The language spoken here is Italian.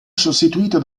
sostituito